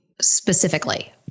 specifically